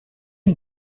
une